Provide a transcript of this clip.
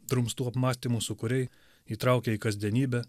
drumstų apmąstymų sūkuriai įtraukia į kasdienybę